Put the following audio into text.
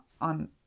on